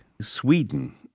Sweden